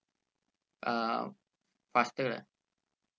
uh faster lah